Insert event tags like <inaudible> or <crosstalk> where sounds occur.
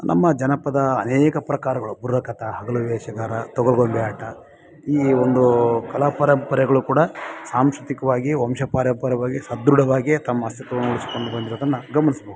ನಮ್ಮ ಜನಪದ ಅನೇಕ ಪ್ರಕಾರಗಳು ಬುರ್ರ್ ಕತಾ ಹಗಲು ವೇಷಗಾರ ತೊಗ್ಲು ಗೊಂಬೆ ಆಟ ಈ ಒಂದು ಕಲಾ ಪರಂಪರೆಗಳು ಕೂಡ ಸಾಂಸ್ಕೃತಿಕವಾಗಿ ವಂಶ ಪರಂಪರೆವಾಗಿ ಸದೃಢವಾಗಿ ತಮ್ಮ <unintelligible> ಬಂದಿರೋದನ್ನು ಗಮ್ನಿಸಬಹುದು